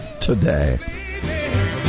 today